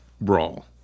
Brawl